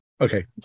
Okay